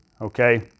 Okay